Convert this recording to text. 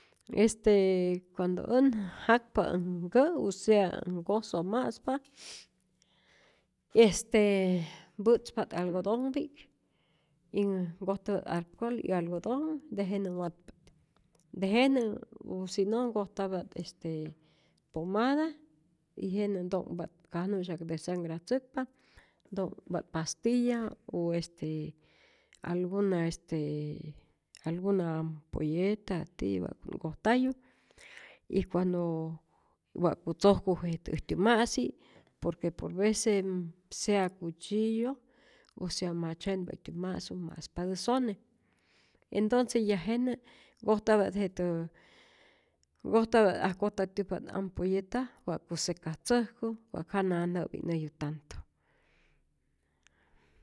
Este cuando än jakpa äj nkä' o sea äj nkoso ma'spa, este mpä'tzpa't algodonhpi'k, y nkojtapya't alcol y algodonh ya jenä wat'pa't, tejenä u si no nkojtapya't este pomada y jenä nto'nhpa't ka janusya'k desangratzäkpa nto'nhpa't pastilla, u este alguna este alguna ampolleta tiyä wa'ku't nkojtayu, y cuando wa'ku tzojku jetä äjtyä ma'si', por que por vece n sea cuchillo o sea matzyenpä wa'tyä ma'su mas'patä sone, entonce ya jenä nkojtapya't jetä nkojtapya't ak kojtatyäjpat ampolleta, wa'ku secatzäjku, wa'k jana nä'pinayu tanto.